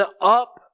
up